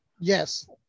yes